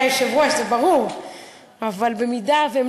הכי טוב שיגדלו ביחד, אדוני היושב-ראש, זה ברור.